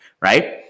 Right